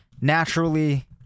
Naturally